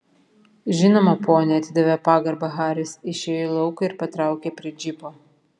žinoma pone atidavė pagarbą haris išėjo į lauką ir patraukė prie džipo